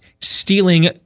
stealing